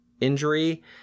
injury